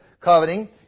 coveting